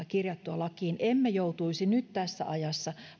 kirjattua lakiin emme joutuisi nyt tässä ajassa